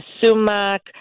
sumac